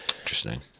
Interesting